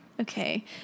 Okay